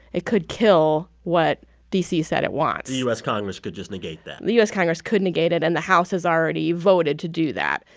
it could kill what d c. said it wants the u s. congress could just negate that the u s. congress could negate it, and the house has already voted to do that.